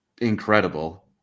incredible